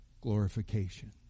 glorification